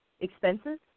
expenses